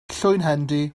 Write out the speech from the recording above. llwynhendy